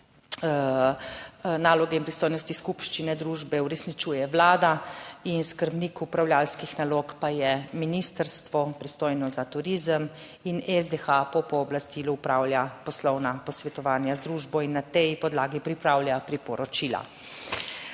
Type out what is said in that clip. naloge in pristojnosti skupščine družbe uresničuje Vlada in skrbnik upravljavskih nalog pa je Ministrstvo pristojno za turizem in SDH po pooblastilu opravlja poslovna posvetovanja z družbo in na tej podlagi pripravlja priporočila.